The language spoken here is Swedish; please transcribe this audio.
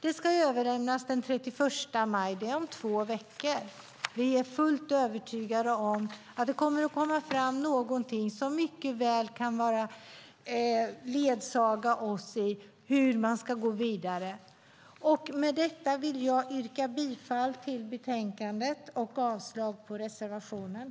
Det ska överlämnas den 31 maj, om två veckor. Vi är helt övertygade om att det kommer att komma fram något som mycket väl kan ledsaga oss när det gäller hur vi ska gå vidare. Jag yrkar bifall till utskottets förslag i betänkandet och avslag på reservationerna.